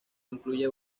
incluye